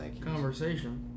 conversation